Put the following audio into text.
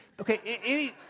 Okay